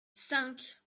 cinq